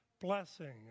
blessing